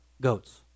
goats